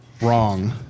Wrong